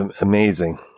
amazing